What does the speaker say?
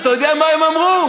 אתה יודע מה הם אמרו?